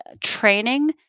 training